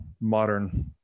modern